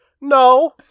No